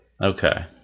okay